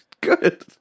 Good